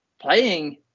playing